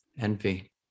Envy